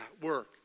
work